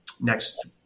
next